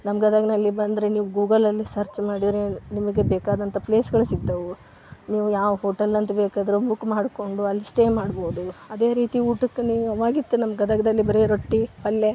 ನಮ್ಮ ಗದಗಿನಲ್ಲಿ ಬಂದರೆ ನೀವು ಗೂಗಲಲ್ಲಿ ಸರ್ಚ್ ಮಾಡಿದರೆ ನಿಮಗೆ ಬೇಕಾದಂಥ ಪ್ಲೇಸುಗಳು ಸಿಗ್ತಾವೆ ನೀವು ಯಾವ ಹೋಟೆಲ್ ಅಂತ ಬೇಕಾದರೂ ಬುಕ್ ಮಾಡಿಕೊಂಡು ಅಲ್ಲಿ ಸ್ಟೇ ಮಾಡ್ಬೋದು ಅದೇ ರೀತಿ ಊಟಕ್ಕೆ ನೀವು ಅವಾಗ ಇತ್ತು ನಮ್ಮ ಗದಗಿನಲ್ಲಿ ಬರೀ ರೊಟ್ಟಿ ಪಲ್ಲೆ